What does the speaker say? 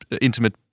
intimate